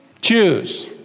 choose